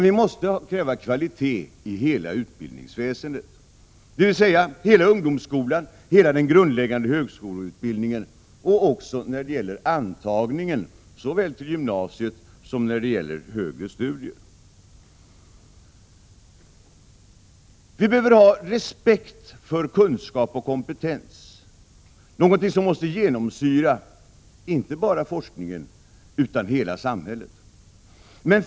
Vi måste kräva kvalitet inom hela utbildningsväsendet, dvs. i hela ungdomsskolan, i hela den grundläggande högskoleutbildningen och även när det gäller antagningen såväl till gymnasiet som till högre studier. Vi behöver ha respekt för kunskap och kompetens, någonting som måste genomsyra inte bara forskningen utan också hela samhället.